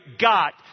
got